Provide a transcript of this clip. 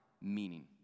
meaning